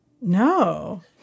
No